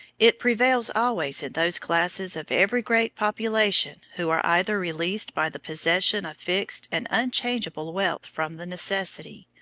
it prevails always in those classes of every great population who are either released by the possession of fixed and unchangeable wealth from the necessity,